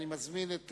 אני מזמין את